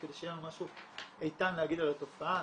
כדי שיהיה לנו משהו איתן להגיד על התופעה.